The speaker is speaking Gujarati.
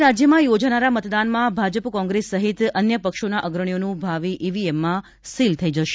આજે રાજ્યમાં યોજાનારા મતદાનમાં ભાજપ કોંત્રેસ સહિત અન્ય પક્ષોના અગ્રણીઓનું ભાવિ ઇવીએમમાં સીલ થઇ જશે